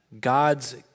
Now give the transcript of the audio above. God's